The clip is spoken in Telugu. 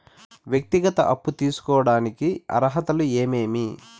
వ్యక్తిగత అప్పు తీసుకోడానికి అర్హతలు ఏమేమి